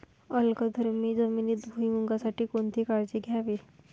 अल्कधर्मी जमिनीत भुईमूगासाठी कोणती काळजी घ्यावी?